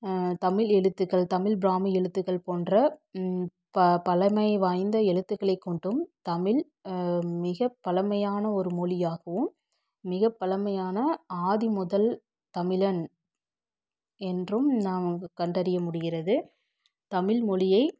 தமிழ் எழுத்துக்கள் தமிழ் பிராமி எழுத்துக்கள் போன்ற ப பழமை வாய்ந்த எழுத்துக்களை கொண்டும் தமிழ் மிகப்பழமையான ஒரு மொழியாகவும் மிகப்பழமையான ஆதி முதல் தமிழன் என்றும் நமக்கு கண்டறிய முடிகிறது தமிழ்மொழியை